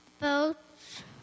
Boats